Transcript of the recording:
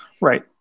right